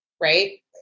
right